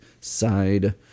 side